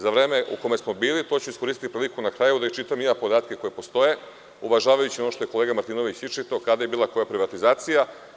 Za vreme u kome smo bili, to ću iskoristiti priliku na kraju da iščitam i ja podatke koji postoje, uvažavajući ono što je kolega Martinović iščitao kada je bila koja privatizacija.